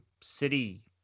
City